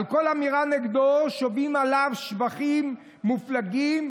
על כל אמירה נגדו שומעים עליו שבחים מופלגים,